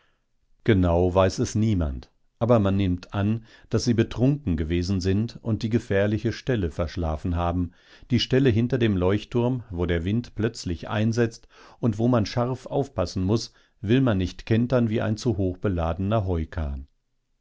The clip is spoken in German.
weiß es niemand aber man nimmt an daß sie betrunken gewesen sind und die gefährliche stelle verschlafen haben die stelle hinter dem leuchtturm wo der wind plötzlich einsetzt und wo man scharf aufpassen muß will man nicht kentern wie ein zu hoch beladener